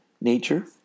Nature